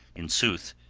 in sooth,